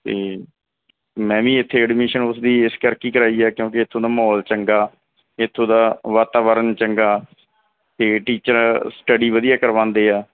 ਅਤੇ ਮੈਂ ਵੀ ਇੱਥੇ ਐਡਮਿਸ਼ਨ ਉਸ ਦੀ ਇਸ ਕਰਕੇ ਹੀ ਕਰਾਈ ਹੈ ਕਿਉਂਕਿ ਇੱਥੋਂ ਦਾ ਮਾਹੌਲ ਚੰਗਾ ਇੱਥੋਂ ਦਾ ਵਾਤਾਵਰਨ ਚੰਗਾ ਅਤੇ ਟੀਚਰ ਸਟਡੀ ਵਧੀਆ ਕਰਵਾਉਂਦੇ ਆ